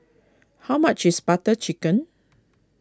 how much is Butter Chicken